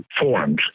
forms